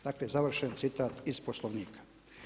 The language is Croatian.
Dakle završen citat iz Poslovnika.